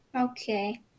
Okay